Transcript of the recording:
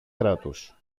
κράτους